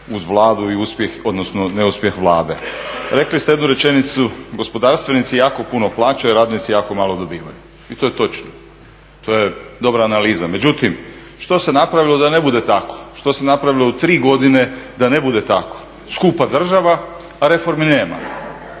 uz Vladu i uspjeh, odnosno neuspjeh Vlade. Rekli ste jednu rečenicu gospodarstvenici jako puno plaćaju, radnici jako malo dobivaju i to je točno. To je dobra analiza. Međutim što se napravilo da ne bude tako? Što se napravilo u tri godine da ne bude tako? Skupa država, a reformi nema,